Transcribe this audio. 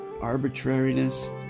arbitrariness